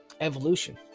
evolution